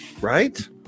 right